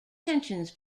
tensions